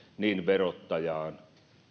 niin verottajaan